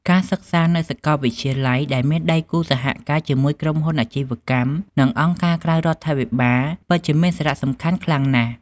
ការសិក្សានៅសាកលវិទ្យាល័យដែលមានដៃគូសហការជាមួយក្រុមហ៊ុនអាជីវកម្ម និងអង្គការក្រៅរដ្ឋាភិបាល ពិតជាមានសារៈសំខាន់ខ្លាំងណាស់។